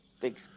big